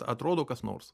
atrodo kas nors